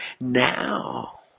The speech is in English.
now